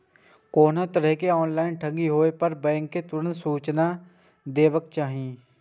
कोनो तरहक ऑनलाइन ठगी होय पर बैंक कें तुरंत सूचना देबाक चाही